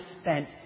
spent